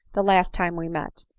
the last time we met.